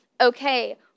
Okay